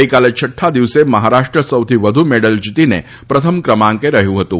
ગઇકાલે છઠ્ઠા દિવસે મહારાષ્ટ્ર સૌથી વધુ મેડલ જીતીને પ્રથમ કમાંકે રહ્યું હતું